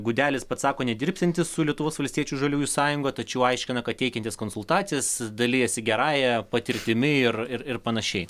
gudelis pats sako nedirbsiantis su lietuvos valstiečių žaliųjų sąjunga tačiau aiškina kad teikiantis konsultacijas dalijasi gerąja patirtimi ir ir ir panašiai